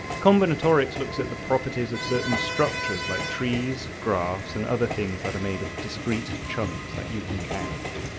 combinatorics looks at the properties of certain structures like trees, graphs, and other things that are made of discreet chunks that you can count.